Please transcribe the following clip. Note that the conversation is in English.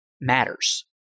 matters